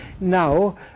Now